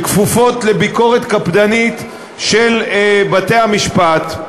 שכפופות לביקורת קפדנית של בתי-המשפט.